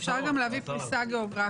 אפשר גם להביא פריסה גיאוגרפית.